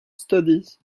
studies